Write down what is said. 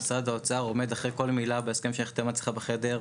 משרד האוצר עומד אחרי כל מילה בהסכם שנחתם אצלך בחדר,